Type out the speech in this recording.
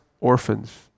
orphans